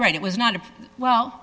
right it was not a well